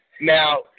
Now